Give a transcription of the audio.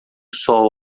sol